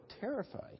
terrified